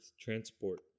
transport